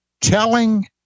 telling